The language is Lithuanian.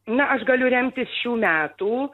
na aš galiu remtis šių metų